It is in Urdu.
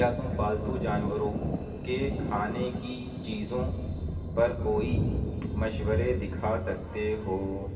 کیا تم پالتو جانوروں کے کھانے کی چیزوں پر کوئی مشورے دکھا سکتے ہو